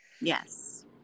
yes